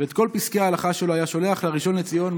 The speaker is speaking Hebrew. ואת כל פסקי ההלכה שלו היה שולח לראשון לציון,